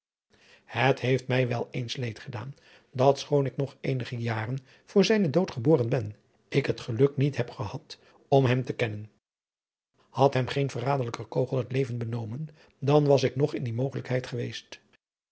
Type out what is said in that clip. het heeft mij wel eens leed gedaan dat schoon ik nog eenige jaren voor zijnen dood geboren ben ik het geluk niet heb gehad om hem to kennen had hem geen verraderlijke kogel het leven benomen dan was ik nog in die mogelijkheid geweest